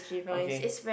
okay